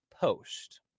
Post